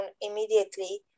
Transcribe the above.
immediately